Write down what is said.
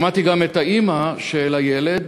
שמעתי גם את האימא של הילד,